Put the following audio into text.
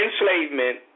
enslavement